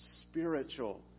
spiritual